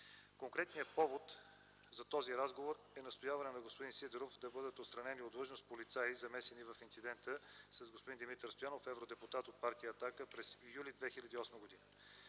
Конкретният повод за този разговор е настояване на господин Сидеров да бъдат отстранени от длъжност полицаи замесени в инцидента с господин Димитър Стоянов – евродепутат от партия „Атака” през м. юли 2008 г.